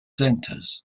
centers